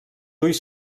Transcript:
ulls